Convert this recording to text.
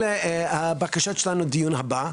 אלה הבקשות שלנו בדיון הבא.